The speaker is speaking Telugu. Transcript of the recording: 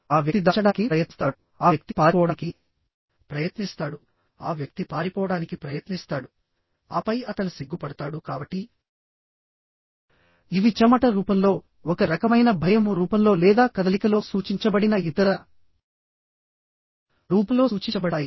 ఆ వ్యక్తి దాచడానికి ప్రయత్నిస్తాడు ఆ వ్యక్తి పారిపోవడానికి ప్రయత్నిస్తాడు ఆ వ్యక్తి పారిపోవడానికి ప్రయత్నిస్తాడు ఆపై అతను సిగ్గుపడతాడు కాబట్టి ఇవి చెమట రూపంలో ఒక రకమైన భయము రూపంలో లేదా కదలికలో సూచించబడిన ఇతర రూపంలో సూచించబడతాయి